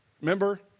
Remember